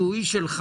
שהוא איש שלך?